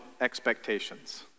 expectations